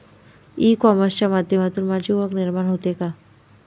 E कॉमर्सच्या माध्यमातून माझी ओळख निर्माण होते का?